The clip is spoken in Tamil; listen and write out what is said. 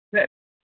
சரி